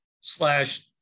slash